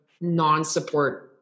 non-support